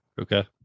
Okay